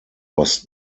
was